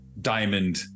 diamond